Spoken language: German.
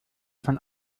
von